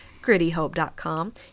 grittyhope.com